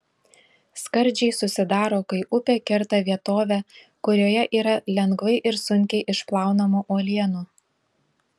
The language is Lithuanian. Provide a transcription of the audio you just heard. skardžiai susidaro kai upė kerta vietovę kurioje yra lengvai ir sunkiai išplaunamų uolienų